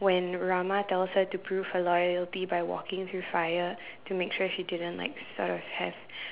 when Rama tells her to prove her loyalty by walking through fire to make sure she didn't like sort of have